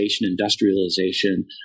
industrialization